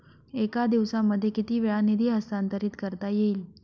एका दिवसामध्ये किती वेळा निधी हस्तांतरीत करता येईल?